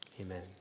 Amen